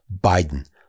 Biden